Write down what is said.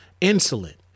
insolent